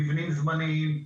מבנים זמניים,